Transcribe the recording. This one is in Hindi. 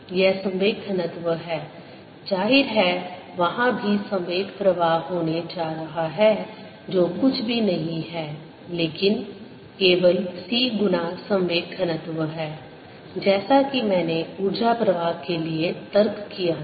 यह संवेग घनत्व है जाहिर है वहाँ भी संवेग प्रवाह होने जा रहा है जो कुछ भी नहीं है लेकिन केवल c गुना संवेग घनत्व है जैसा कि मैंने ऊर्जा प्रवाह के लिए तर्क किया था